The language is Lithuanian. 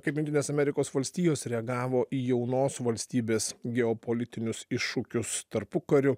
kaip jungtinės amerikos valstijos reagavo į jaunos valstybės geopolitinius iššūkius tarpukariu